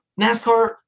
NASCAR